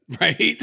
right